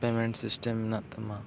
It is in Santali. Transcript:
ᱢᱮᱱᱟᱜ ᱛᱟᱢᱟ